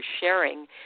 sharing